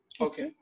Okay